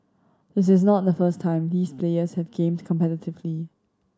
this is not the first time these players have gamed competitively